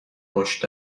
پشت